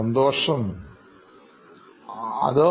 സന്തോഷമായിരിക്കും